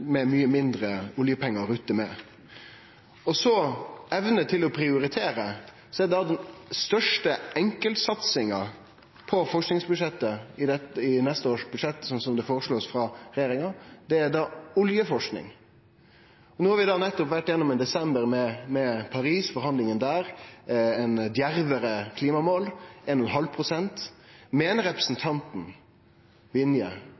med. Når det gjeld evne til å prioritere, er den største enkeltsatsinga på forskingsbudsjettet for neste år, slik som det blir føreslått frå regjeringa, oljeforsking. No har vi nettopp vore gjennom ein desember med Paris-forhandlingar og djervare klimamål – 1,5 grad. Meiner